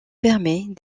permet